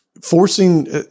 forcing